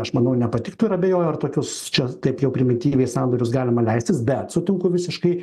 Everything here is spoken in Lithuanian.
aš manau nepatiktų ir abejoju ar tokius čia kaip jau primityviai sandorius galima leistis bet sutinku visiškai